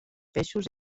peixos